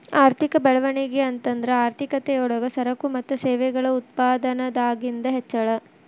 ಆರ್ಥಿಕ ಬೆಳವಣಿಗೆ ಅಂತಂದ್ರ ಆರ್ಥಿಕತೆ ಯೊಳಗ ಸರಕು ಮತ್ತ ಸೇವೆಗಳ ಉತ್ಪಾದನದಾಗಿಂದ್ ಹೆಚ್ಚಳ